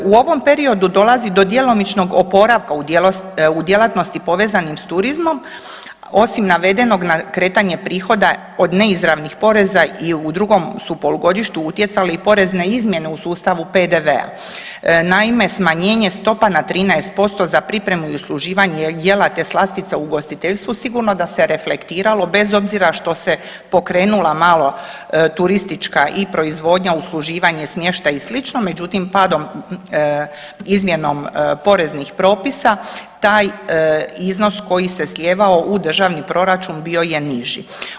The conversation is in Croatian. U ovom periodu dolazi do djelomičnog oporavka u djelatnosti povezanih s turizmom, osim navedenog kretanje prihoda od neizravnih poreza i u drugom su polugodištu utjecali porezne izmjene u sustavu PDV-a. naime, smanjenje stopa na 13% za pripremu i usluživanje jela te slastica u ugostiteljstvu sigurno da se reflektiralo bez obzira što se pokrenula malo turistička i proizvodnja, usluživanje, smještaj i sl. međutim izmjenom poreznih propisa tj iznos koji se slijevao u državni proračun bio je niži.